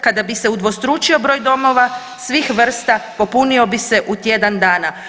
Kada bi se udvostručio broj domova svih vrsta popunio bi se u tjedan dana.